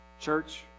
Church